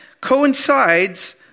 coincides